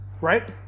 Right